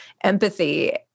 empathy